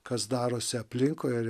kas darosi aplinkui ar